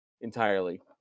entirely